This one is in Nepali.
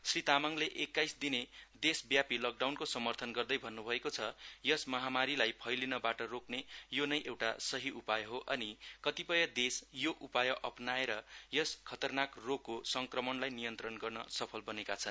श्री तामाङले एक्काइस दिने देशव्यापि लकडाउनको समर्थन गर्गै भन्नुभएको छ यस महामारीलाई फैलिनबाट रोक्रे यो नै एउटा सहि उपाय हो अनि कतिपय देश को उपाय अप्नाएर यस खतर्नाक रोक्को संक्रमणलाई नियन्त्रण गर्न सफल बनेका छन्